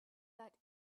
that